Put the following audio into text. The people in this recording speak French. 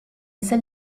salle